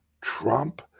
Trump